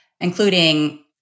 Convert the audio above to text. including